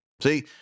see